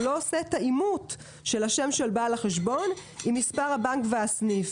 הוא לא עושה את האימות של השם של בעל החשבון עם מספר הבנק והסניף.